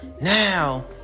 Now